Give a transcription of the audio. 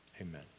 Amen